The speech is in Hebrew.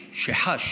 שחש,